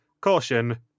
Caution